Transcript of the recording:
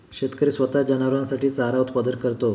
शेतकरी स्वतः जनावरांसाठी चारा उत्पादन करतो